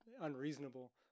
unreasonable